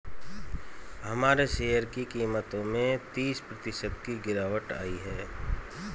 हमारे शेयर की कीमतों में तीस प्रतिशत की गिरावट आयी है